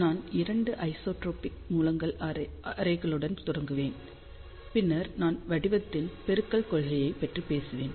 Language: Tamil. நான் 2 ஐசோட்ரோபிக் மூலங்களின் அரேகளுடன் தொடங்குவேன் பின்னர் நான் வடிவத்தின் பெருக்கல் கொள்கையைப் பற்றி பேசுவேன்